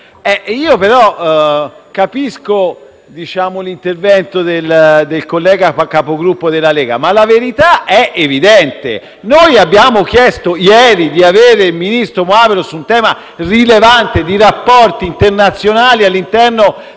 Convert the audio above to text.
Capisco l'intervento del collega Capogruppo della Lega, ma la verità è evidente. Noi abbiamo chiesto ieri di sentire il ministro Moavero Milanesi sul tema rilevante dei rapporti internazionali all'interno